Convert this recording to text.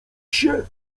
się